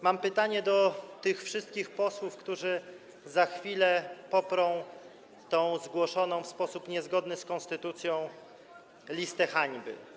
Mam pytanie do tych wszystkich posłów, którzy za chwilę poprą tę zgłoszoną w sposób niezgodny z konstytucją listę hańby.